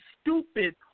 stupid